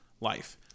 life